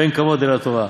אין כבוד אלא תורה,